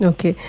Okay